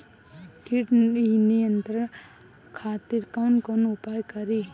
कीट नियंत्रण खातिर कवन कवन उपाय करी?